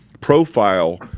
profile